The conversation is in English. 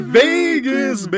vegas